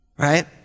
Right